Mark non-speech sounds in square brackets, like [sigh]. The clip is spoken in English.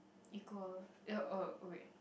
equal [noise] oh wait